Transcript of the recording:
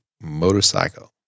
motorcycle